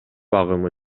агымы